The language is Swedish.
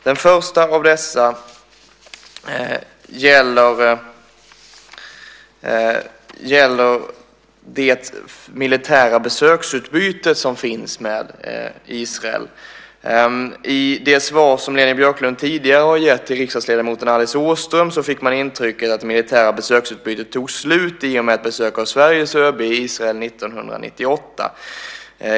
Den första av dessa gäller det militära besöksutbyte som finns med Israel. I ett svar som Leni Björklund tidigare har gett till riksdagsledamoten Alice Åström fick man intrycket att det militära besöksutbytet tog slut i och med ett besök av Sveriges ÖB i Israel 1998.